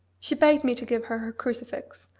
she begged me to give her her crucifix,